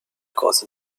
cause